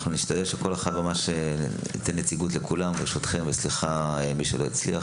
אנחנו נשתדל לתת ייצוג לכולם, וסליחה אם לא נספיק,